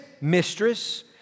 mistress